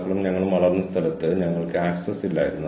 വിവിധ തലങ്ങളിൽ അത് എങ്ങനെ വികസിക്കുന്നു